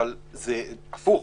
אבל הפוך,